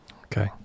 Okay